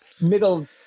middle